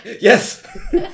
yes